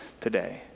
today